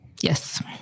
Yes